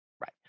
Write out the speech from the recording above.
Right